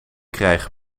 krijg